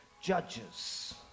judges